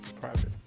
Private